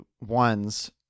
ones